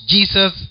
Jesus